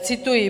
Cituji.